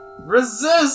Resist